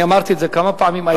אני אמרתי את זה כמה פעמים היום.